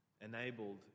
enabled